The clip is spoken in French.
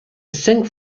cinq